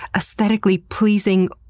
aesthetically pleasing,